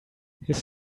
his